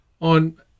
on